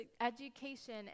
education